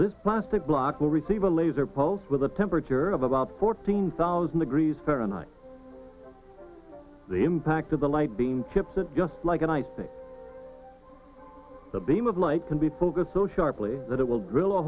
this plastic block will receive a laser poles with a temperature of about fourteen thousand degrees fahrenheit the impact of the light beam tips it just like and i think the beam of light can be focused so sharply that it will drill a